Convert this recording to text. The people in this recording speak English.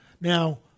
Now